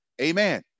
amen